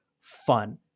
fun